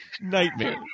Nightmare